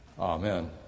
Amen